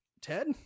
Ted